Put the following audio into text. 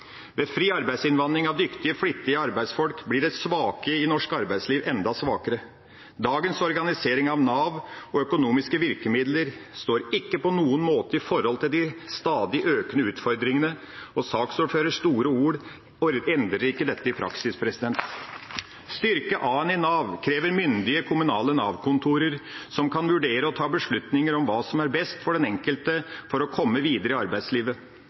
Ved fri arbeidsinnvandring av dyktige, flittige arbeidsfolk blir de svake i norsk arbeidsliv enda svakere. Dagens organisering av Nav og økonomiske virkemidler står ikke på noen måte i forhold til de stadig økende utfordringene. Saksordførerens store ord endrer ikke dette i praksis. Å styrke a-en i Nav krever myndige kommunale Nav-kontor som kan vurdere og ta beslutninger om hva som er best for den enkelte for å komme videre i arbeidslivet.